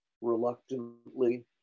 reluctantly